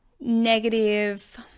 negative